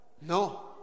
no